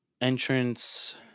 Entrance